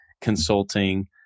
Consulting